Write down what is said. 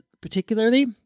particularly